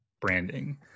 branding